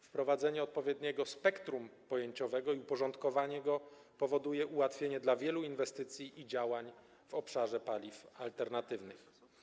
Wprowadzenie odpowiedniego spektrum pojęciowego i porządkowanie go powoduje ułatwienie dla wielu inwestycji i działań w obszarze paliw alternatywnych.